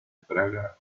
praga